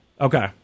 Okay